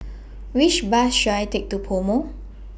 Which Bus should I Take to Pomo